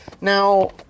Now